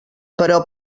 però